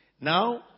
Now